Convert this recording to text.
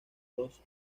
dos